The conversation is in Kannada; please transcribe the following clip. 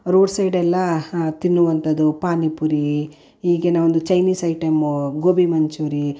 ರೋಡ್ ಸೈಡೆಲ್ಲಾ ತಿನ್ನುವಂಥದ್ದು ಪಾನಿಪುರಿ ಹೀಗೇ ಒಂದು ಚೈನೀಸ್ ಐಟಮ್ಮು ಗೋಬಿ ಮಂಚೂರಿ